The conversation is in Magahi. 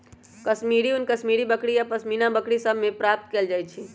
कश्मीरी ऊन कश्मीरी बकरि आऽ पशमीना बकरि सभ से प्राप्त कएल जाइ छइ